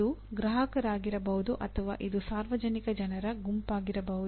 ಇದು ಗ್ರಾಹಕರಾಗಿರಬಹುದು ಅಥವಾ ಇದು ಸಾರ್ವಜನಿಕ ಜನರ ಗುಂಪಾಗಿರಬಹುದು